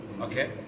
Okay